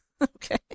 Okay